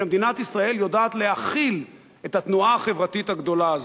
שמדינת ישראל יודעת להכיל את התנועה החברתית הגדולה הזאת.